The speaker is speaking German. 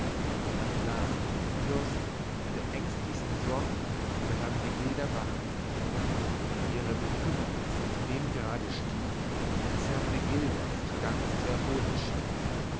man sah wie die fürstin mit der ängstlichsten sorgfalt über hermenegilda wachte und wie ihre bekümmernis in dem grade stieg als hermenegilda sich ganz zu erholen schien